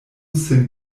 sin